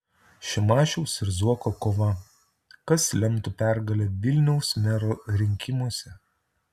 šimašiaus ir zuoko kova kas lemtų pergalę vilniaus mero rinkimuose